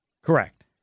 Correct